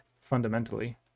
fundamentally